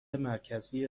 مرکزی